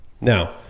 Now